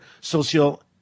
social